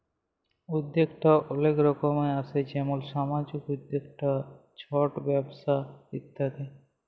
উদ্যক্তা অলেক রকম আসে যেমল সামাজিক উদ্যক্তা, ছট ব্যবসা ইত্যাদি